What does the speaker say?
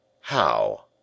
How